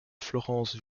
florence